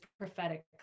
prophetic